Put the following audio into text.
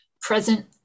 present